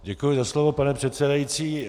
Děkuji za slovo, pane předsedající.